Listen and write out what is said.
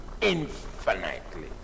infinitely